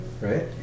right